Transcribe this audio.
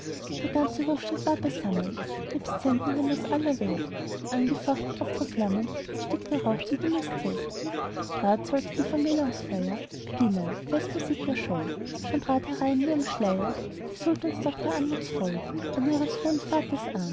der ganze hofstaat war beisammen nebst sendlingen aus aller welt den angefachten opferflammen entstieg der rauch zum himmelszelt grad sollte die vermählungsfeier beginnen festmusik erscholl schon trat herein in ihrem schleier die sultanstochter anmutsvoll an ihres hohen vaters